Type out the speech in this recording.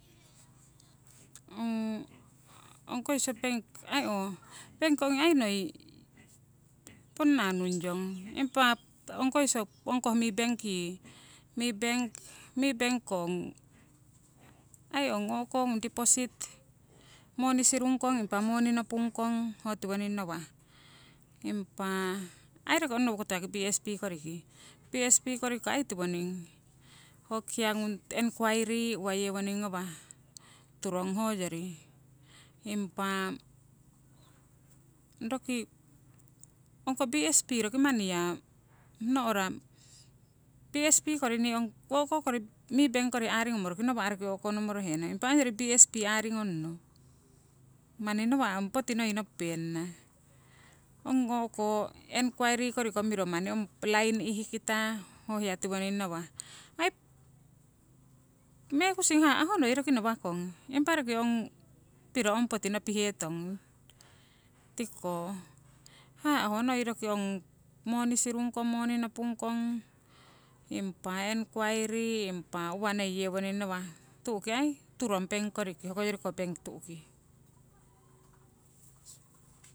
ong koiso bank, aii ooh bank ongi ai noi ponna nungyong, impa ong koiso mibank yii ko ai ong o'ko ngung deposit, moni sirung kong, impa moni nopung kong, ho tiwoning ngawah. Impa aii roki onnowo nowo koto bsp koriki, bsp korikiko ai tiwoning ho hiya ngung enguiry, uwa yewoning ngawah turong hoyori. Impa roki ong ko bsp roki manni ya no`ra bsp kori nii ong o'ko mibank kori aaringomo nawa' roki o'konomorohenna. Impa ongyori bsp aaringonno manni nawa' ong poti noi nopupenana. Ong o'ko enquiry koriko miro manni ong line ihkita ho hiya tiwoning ngawah. mekusing haha' ho noi roki ngawakong impa roki ong piro ong poti nopihetong tikiko. Haha' ho noi roki ong moni sirung kong, moni nopung kong impa enquiry impa uwa noi yewoning ngawah tu'ki aii turong bank koriki hokoyoriko bank tu'ki.